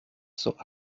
sera